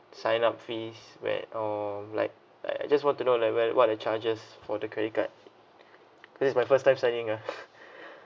sign up fees where or like like I just want to know like where what the charges for the credit card because it's my first time signing lah